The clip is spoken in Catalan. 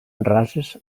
rases